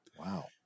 Wow